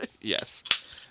Yes